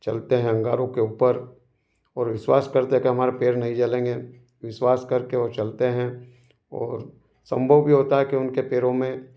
चलते हैं अंगारों के उपर और विश्वास करते हैं की हमारे पैर नहीं जलेंगे विश्वास करके और चलते हैं और संयोग ये होता है की उनके पैरों में